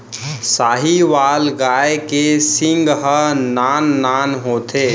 साहीवाल गाय के सींग ह नान नान होथे